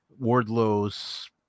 Wardlow's